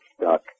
stuck